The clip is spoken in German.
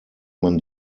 man